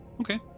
okay